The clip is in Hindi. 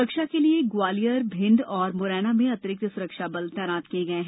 सुरक्षा के लिए ग्वालियर भिंड और मुरैना में अतिरिक्त सुरक्षा बल तैनात किया गया है